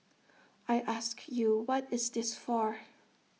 I ask you what is this for